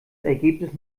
ergebnis